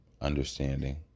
understanding